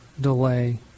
delay